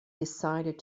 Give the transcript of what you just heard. decided